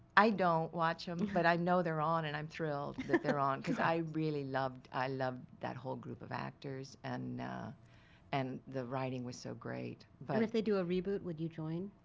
i don't watch them, but i know they're on and i'm thrilled they're on because i really loved, i love that whole group of actors, and and the writing was so great, but. if they do a reboot would you join?